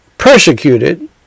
persecuted